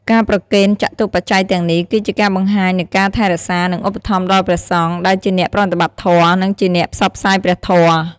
ការប្រគេនចតុបច្ច័យទាំងនេះ គឺជាការបង្ហាញនូវការថែរក្សា និងឧបត្ថម្ភដល់ព្រះសង្ឃ ដែលជាអ្នកប្រតិបត្តិធម៌ និងជាអ្នកផ្សព្វផ្សាយព្រះធម៌។